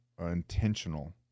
intentional